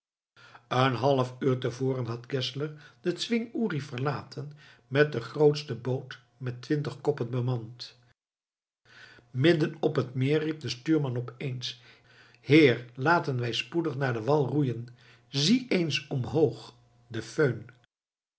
een half uur te voren had geszler den zwing uri verlaten met de grootste boot met twintig koppen bemand midden op het meer riep de stuurman opeens heer laten wij spoedig naar den wal roeien zie eens omhoog de föhn